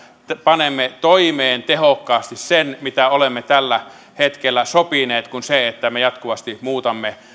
panemme toimeen tehokkaasti sen mitä olemme tällä hetkellä sopineet kuin se että me jatkuvasti muutamme